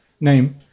name